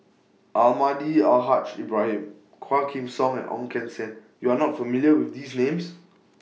Almahdi Al Haj Ibrahim Quah Kim Song and Ong Keng Sen YOU Are not familiar with These Names